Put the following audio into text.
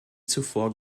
zuvor